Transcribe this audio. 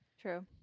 True